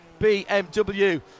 BMW